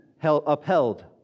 upheld